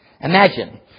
Imagine